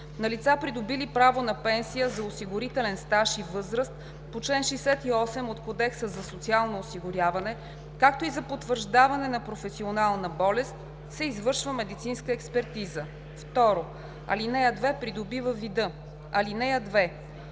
на лица, придобили право на пенсия за осигурителен стаж и възраст по чл. 68 от Кодекса за социално осигуряване, както и за потвърждаване на професионална болест, се извършва медицинска експертиза.“ 2. ал. 2 придобива вида: „(2)